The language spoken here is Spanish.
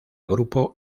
grupo